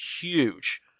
huge